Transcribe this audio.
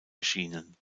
erschienen